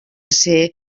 ser